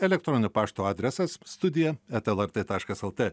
elektroninio pašto adresas studija eta lrt taškas lt